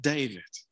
David